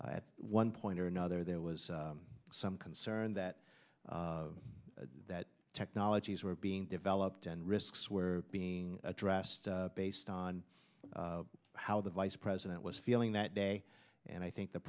at one point or another there was some concern that that technologies were being developed and risks were being addressed based on how the vice president was feeling that day and i think the